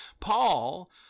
paul